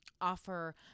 offer